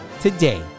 Today